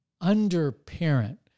under-parent